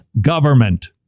government